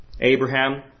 Abraham